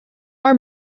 our